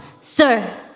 sir